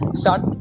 start